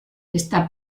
está